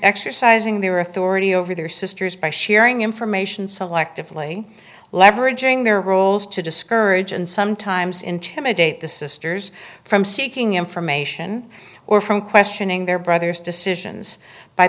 exercising their authority over their sisters by sharing information selectively leveraging their roles to discourage and sometimes intimidate the sisters from seeking information or from questioning their brother's decisions by